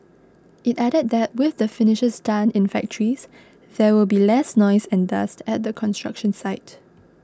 it added that with the finishes done in factories there will be less noise and dust at the construction site